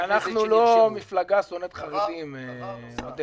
אבל אנחנו לא מפלגה שונאת חרדים, עודד.